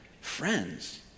friends